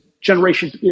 generation